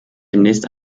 demnächst